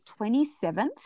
27th